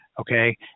Okay